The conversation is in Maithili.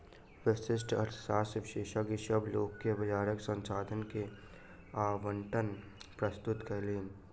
व्यष्टि अर्थशास्त्रक विशेषज्ञ, सभ लोक के बजारक संसाधन के आवंटन प्रस्तुत कयलैन